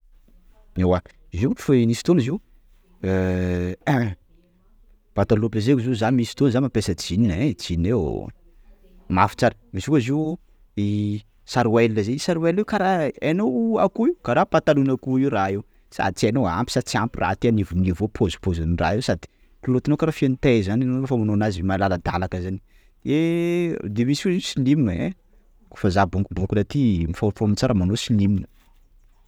Ewa izy io fa nisy fotoana izy io; io pataloha ampesaiko zaho nisy fotoana za mampiasa jean ein! jean io mafy tsara! _x000D_ Misy koa izy io sharewel zay, sharwel io kara, hainao akoho io? kara patalohan' akoho io raha io! _x000D_ Sady tsy hainao ampy sa tsy ampy raha ty anivonivo ao pôzipôzin'ny raha io sady kilôtinao kara feno tay zany ano refa manao anazy malaladalaka zany; de misy koa slim e! ein! fa za bokobokona ty en forme forme tsara manao slim.